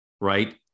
right